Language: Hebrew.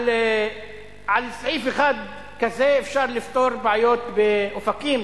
על סעיף אחד כזה אפשר לפתור בעיות באופקים.